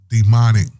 Demonic